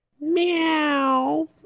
Meow